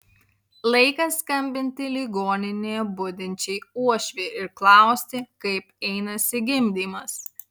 laikas skambinti ligoninėje budinčiai uošvei ir klausti kaip einasi gimdymas